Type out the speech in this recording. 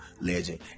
legend